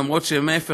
למרות שההפך,